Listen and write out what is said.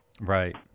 Right